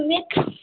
network